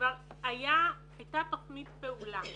והייתה תוכנית פעולה.